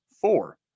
four